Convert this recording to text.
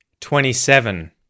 twenty-seven